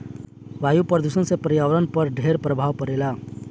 वायु प्रदूषण से पर्यावरण पर ढेर प्रभाव पड़ेला